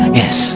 yes